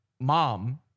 mom